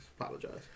Apologize